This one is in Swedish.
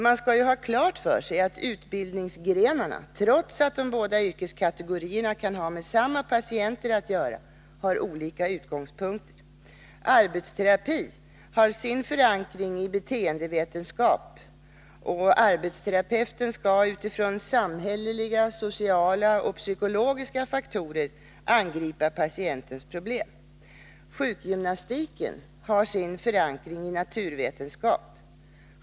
Man skall ju ha klart för sig att utbildningsgrenarna — trots att båda yrkeskategorierna kan ha med samma patienter att göra — har olika utgångspunkter. Arbetsterapi har sin förankring i beteendevetenskap, och arbetsterapeuten skall utifrån samhälleliga, sociala och psykologiska faktorer angripa patientens problem. Sjukgymnastiken har sin förankring i naturvetenskap.